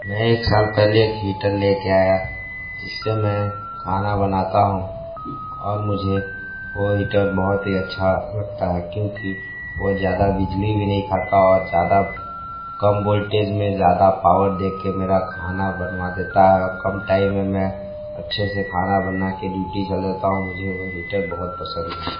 मैं एक साल पहले एक हीटर ले कर आया जिससे मैं खाना बनाता हूँ और मुझे वह हीटर बहुत ही अच्छा लगता है क्योंकि वो ज़्यादा बिजली भी नहीं खाता और ज़्यादा कम वोल्टेज में ज़्यादा पावर दे कर मेरा खाना बनवा देता है और कम टाइम में मैं अच्छे से खाना बना कर ड्यूटि चला जाता हूँ मुझे वो हीटर बहुत पसंद है